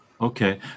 Okay